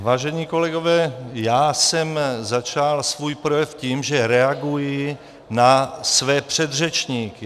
Vážení kolegové, já jsem začal svůj projev tím, že reaguji na své předřečníky.